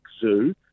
Zoo